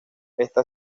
esta